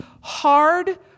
hard